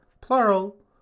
plural